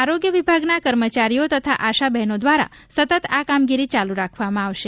આરોગ્ય વિભાગના કર્મચારીઓ તથા આશા બહેનો દ્વારા સતત આ કામગીરી ચાલુ રાખવામાં આવનાર છે